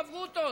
חברותות.